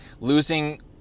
losing